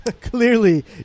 Clearly